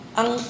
ang